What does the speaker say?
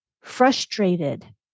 frustrated